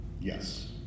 Yes